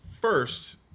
first